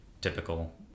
typical